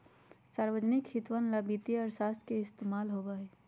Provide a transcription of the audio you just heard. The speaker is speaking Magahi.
सार्वजनिक हितवन ला ही वित्तीय अर्थशास्त्र के इस्तेमाल होबा हई